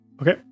Okay